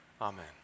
amen